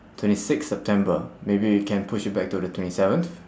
twenty sixth september maybe we can push it back to the twenty seventh